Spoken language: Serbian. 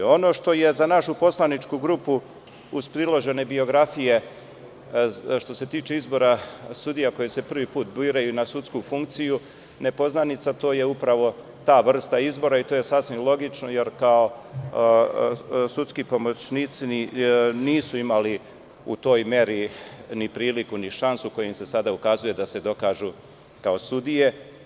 Ono što je za našu poslaničku grupu uz priložene biografije, što se tiče izbora sudija koji se prvi put biraju na sudsku funkciju nepoznanica, to je upravo ta vrsta izbora i to je sasvim logično, jer kao sudski pomoćnici nisu imali u toj meri ni priliku ni šansu koja im se sada ukazuje da se dokažu kao sudije.